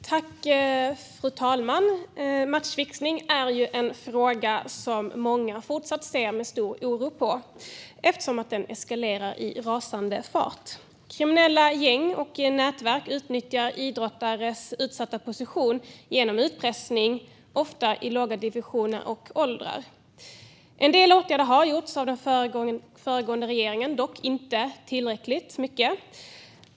Fru talman! Matchfixning är en fråga som många fortsatt ser med stor oro på eftersom den eskalerar i rasande fart. Kriminella gäng och nätverk utnyttjar idrottares utsatta position genom utpressning. Det handlar ofta om idrottare i låga divisioner och i låga åldrar. En del åtgärder har vidtagits av den föregående regeringen, dock inte tillräckligt mycket.